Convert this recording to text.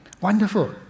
Wonderful